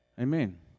Amen